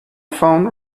phone